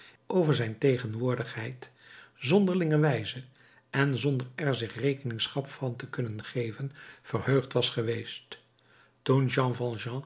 over zijn tegenwoordigheid zonderlingerwijze en zonder er zich rekenschap van te kunnen geven verheugd was geweest toen jean